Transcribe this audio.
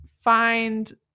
find